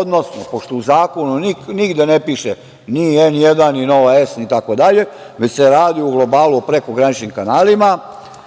odnosno pošto u zakonu nigde ne piše ni „N1“ ni „Nova S“ i tako dalje, već se radi u globalu o prekograničnim kanalima,